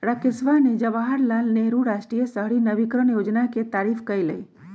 राकेशवा ने जवाहर लाल नेहरू राष्ट्रीय शहरी नवीकरण योजना के तारीफ कईलय